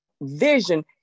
vision